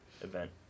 event